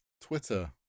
Twitter